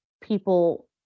people